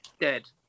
dead